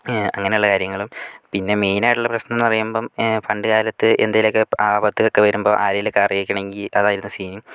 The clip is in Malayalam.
അങ്ങനെ ഉള്ള കാര്യങ്ങളും പിന്നെ മെയിൻ ആയിട്ടുള്ള പ്രശ്നം എന്ന് പറയുമ്പോൾ പണ്ട് കാലത്ത് എന്തെലും ഒക്കെ ആപത്തൊക്കെ വരുമ്പോൾ ആരേലും ഒക്കെ അറിയിക്കണമെങ്കിൽ അത് ആയിരുന്നു സീൻ